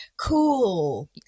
cool